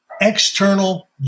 external